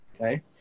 okay